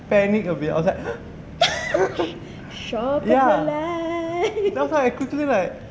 panic of it I was like !huh!